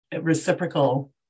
reciprocal